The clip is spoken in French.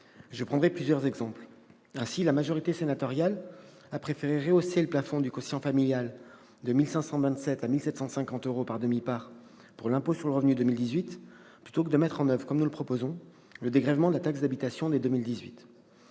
Je prendrai plusieurs exemples. La majorité sénatoriale a ainsi préféré hausser le plafond du quotient familial de 1 527 euros à 1 750 euros par demi-part pour l'impôt sur le revenu 2018, plutôt que de mettre en oeuvre, comme nous le proposons, le dégrèvement de la taxe d'habitation dès 2018.